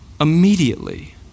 immediately